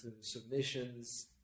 submissions